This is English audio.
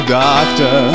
doctor